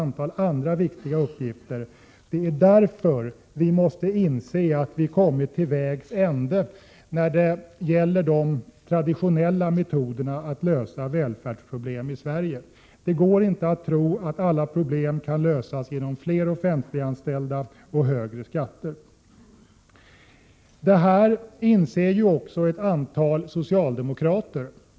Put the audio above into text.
gör att vi måste inse att vi har kommit till vägs ände med de traditionella metoderna att lösa välfärdsproblem i Sverige. Det går inte att tro att alla problem kan lösas genom fler offentliganställda och högre skatter. Detta inser också ett antal socialdemokrater.